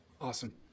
awesome